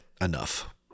enough